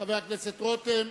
חבר הכנסת רותם.